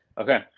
okay.